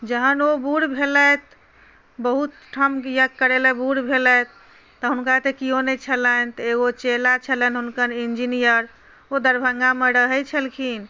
जखन ओ बुढ़ भेलथि बहुत ठाम यज्ञ करेलथि बुढ़ भेलथि तऽ हुनका तऽ कियो नहि छलनि तऽ एगो चेला छलनि हुनकर इंजीनियर ओ दरभंगामे रहैत छलखिन